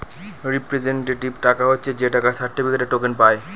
representative টাকা হচ্ছে যে টাকার সার্টিফিকেটে, টোকেন পায়